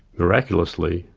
miraculously,